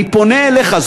אני פונה אליך.